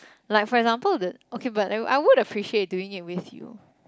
like for example the okay but I I would appreciate doing it with you